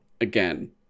again